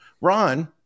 Ron